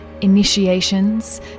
initiations